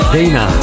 Dana